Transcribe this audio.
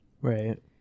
Right